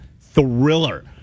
thriller